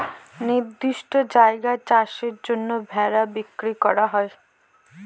নির্দিষ্ট জায়গায় চাষের জন্য ভেড়া বিক্রি করা হয়